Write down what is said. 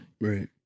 Right